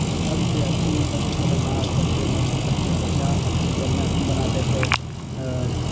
سب سے اچھی سب سے خطرناک سب سے مست سب سے بڑھیاں بڑھیاں ہم بناتے تھے